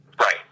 right